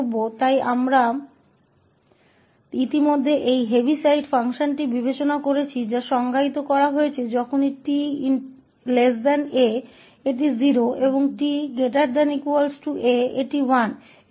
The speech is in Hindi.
तो बस एक और टिप्पणी इसलिए हमने पहले से ही इस हेविसाइड फ़ंक्शन पर विचार किया है जिसे परिभाषित किया गया है कि जब भी 𝑡 𝑎 यह 0 है और 𝑡 ≥ 𝑎 यह 1 है